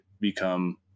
become